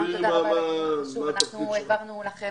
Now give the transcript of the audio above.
אנחנו העברנו לכם